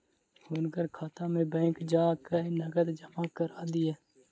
हुनकर खाता में बैंक जा कय नकद जमा करा दिअ